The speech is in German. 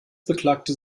beklagte